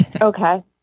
Okay